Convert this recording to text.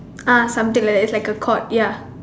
][ah\ something like that it's like a court ya